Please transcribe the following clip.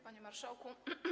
Panie Marszałku!